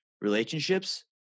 relationships